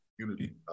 community